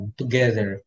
together